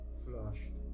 flushed